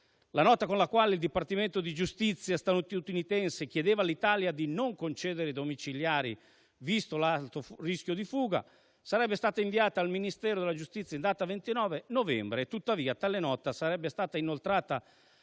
La nota con la quale il Dipartimento di giustizia statunitense chiedeva all'Italia di non concedere i domiciliari, visto l'alto rischio di fuga, sarebbe stata inviata al Ministero della giustizia in data 29 novembre. Tuttavia, tale nota sarebbe stata inoltrata